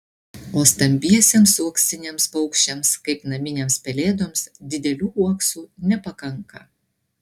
o stambiesiems uoksiniams paukščiams kaip naminėms pelėdoms didelių uoksų nepakanka